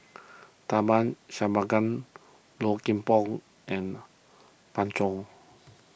Tharman Shanmugaratnam Low Kim Pong and Pan Zhou